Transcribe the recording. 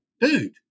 dude